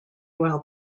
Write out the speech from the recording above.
while